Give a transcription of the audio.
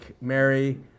Mary